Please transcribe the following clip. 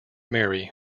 mary